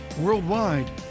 worldwide